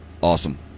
Awesome